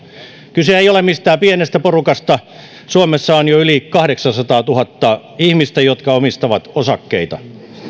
kyse ei ole mistään pienestä porukasta suomessa on jo yli kahdeksansataatuhatta ihmistä jotka omistavat osakkeita